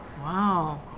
Wow